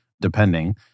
depending